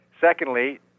Secondly